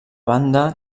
banda